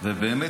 ובאמת,